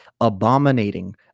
abominating